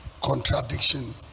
contradiction